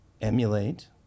emulate